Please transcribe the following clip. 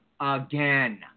Again